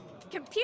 Computer